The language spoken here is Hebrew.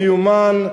מיומן,